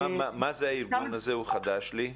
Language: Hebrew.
מה זה הארגון הזה הוא חדש לי?